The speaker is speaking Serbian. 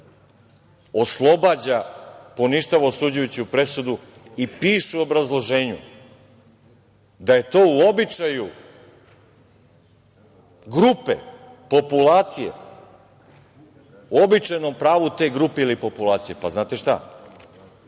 Oslobađa, poništava osuđujuću presudu i piše u obrazloženju da je to u običaju grupe, populacije, u običajnom pravu te grupe ili populacije. Znate šta?